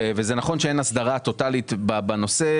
זה נכון שאין הסדרה טוטאלית בנושא,